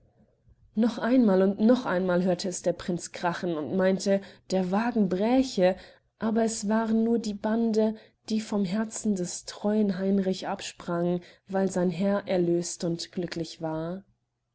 noch einmal und noch einmal hörte es der prinz krachen und meinte der wagen bräche aber es waren nur die bande die vom herzen des treuen heinrich absprangen weil sein herr erlöst und glücklich war